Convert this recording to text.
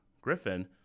Griffin